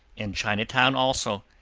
and chinatown also,